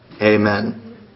Amen